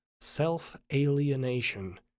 self-alienation